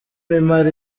imara